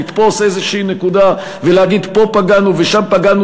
לתפוס איזושהי נקודה ולהגיד: פה פגענו ושם פגענו,